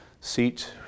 seat